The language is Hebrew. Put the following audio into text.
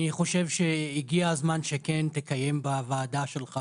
אני חושב שהגיע הזמן שכן נקיים בוועדה שלך